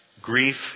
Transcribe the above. grief